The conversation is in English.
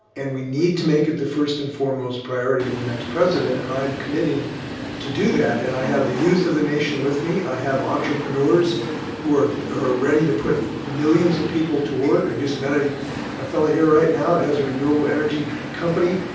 and we need to make it the first and foremost foremost priority of the next president. and i am committing to do that and i have the youth of the nation with me. i have entrepreneurs who are are ready to put millions of people to work. i just met a a fellow here right now that has a renewable energy company.